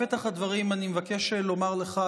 בפתח הדברים אני מבקש לומר לך,